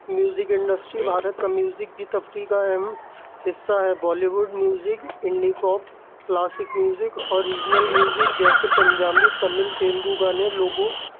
music industry Bharat کا music کی تفریح کا اہم حصہ ہے Bollywood music indie pop classic music اور ریجنل میوزک جیسے پنجابی تمل تیلگو گانے لوگوں